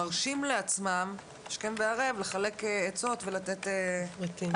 מרשים לעצמם השכם וערב לחלק עצות ולתת תפריטים.